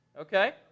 Okay